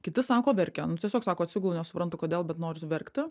kiti sako verkia nu tiesiog sako atsigulu nesuprantu kodėl bet noris verkti